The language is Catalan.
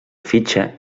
fitxa